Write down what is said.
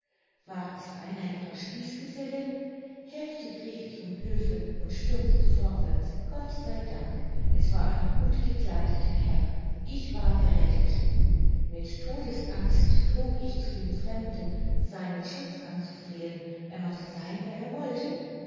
war es einer ihrer spießgesellen heftig rief ich um hülfe und stürzte vorwärts gott sei dank es war ein gut gekleideter herr ich war gerettet mit todesangst flog ich zu dem fremden seinen schutz anzuflehen er mochte sein wer er wollte